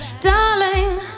Darling